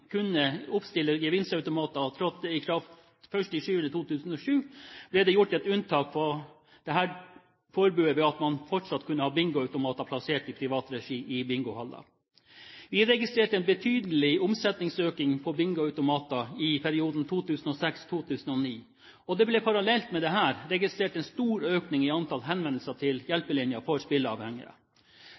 kunne oppstille gevinstautomater trådte i kraft 1. juli 2007, ble det gjort et unntak fra dette forbudet ved at man fortsatt kunne ha bingoautomater plassert i privat regi i bingohaller. Vi registrerte en betydelig omsetningsøkning på bingoautomater i perioden 2006–2009. Det ble parallelt med dette registrert en stor økning i antall henvendelser til Hjelpelinjen for